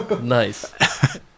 nice